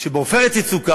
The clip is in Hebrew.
ב"עופרת יצוקה",